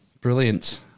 brilliant